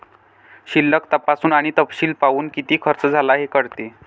शिल्लक तपासून आणि तपशील पाहून, किती खर्च झाला हे कळते